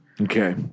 Okay